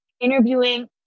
interviewing